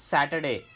Saturday